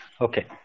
Okay